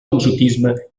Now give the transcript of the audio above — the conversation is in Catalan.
exotisme